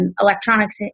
electronics